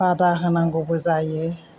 बादा होनांगौबो जायो